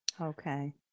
Okay